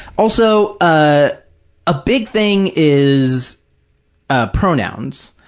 also, a ah big thing is ah pronouns.